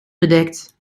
bedekt